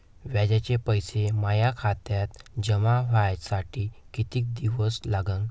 व्याजाचे पैसे माया खात्यात जमा व्हासाठी कितीक दिवस लागन?